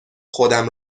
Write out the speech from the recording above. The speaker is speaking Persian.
خودم